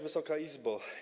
Wysoka Izbo!